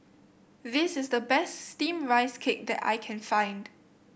this is the best steamed Rice Cake that I can find